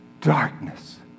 darkness